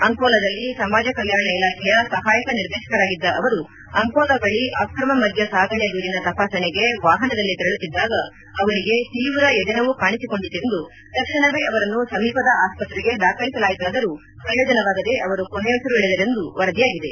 ಅಂಕೋಲಾದಲ್ಲಿ ಸಮಾಜ ಕಲ್ಯಾಣ ಇಲಾಖೆಯ ಸಹಾಯಕ ನಿರ್ದೇಶಕರಾಗಿದ್ದ ಅವರು ಅಂಕೋಲಾ ಬಳ ಅಕ್ರಮ ಮದ್ಯ ಸಾಗಣೆ ದೂರಿನ ತಪಾಸಣೆಗೆ ವಾಹನದಲ್ಲಿ ತೆರಳುತ್ತಿದ್ದಾಗ ಅವರಿಗೆ ತೀವ್ರ ಎದೆನೋವು ಕಾಣಿಸಿಕೊಂಡಿತೆಂದು ತಕ್ಷಣವೇ ಅವರನ್ನು ಸಮೀಪದ ಆಸ್ಪತ್ರೆಗೆ ದಾಖಲಿಸಲಾಯಿತಾದರೂ ಪ್ರಯೋಜನವಾಗದೇ ಅವರು ಕೊನೆಯುಸಿರೆಳೆದರೆಂದು ವರದಿಯಾಗಿದೆ